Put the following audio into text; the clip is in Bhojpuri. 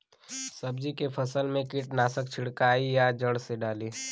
सब्जी के फसल मे कीटनाशक छिड़काई या जड़ मे डाली?